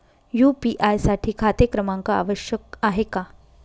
UPI साठी खाते क्रमांक आवश्यक आहे का?